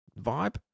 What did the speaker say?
vibe